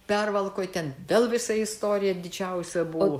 pervalkoj ten vėl visa istorija didžiausia buvo